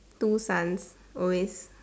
two sons always